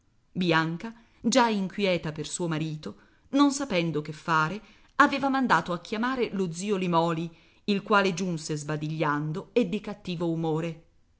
bianca già inquieta per suo marito non sapendo che fare aveva mandato a chiamare lo zio limòli il quale giunse sbadigliando e di cattivo umore